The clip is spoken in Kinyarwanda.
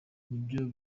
nibyo